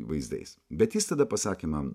vaizdais bet jis tada pasakė man